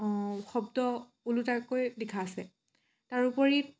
শব্দ ওলোটাকৈ লিখা আছে তাৰ উপৰি